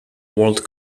world